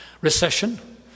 recession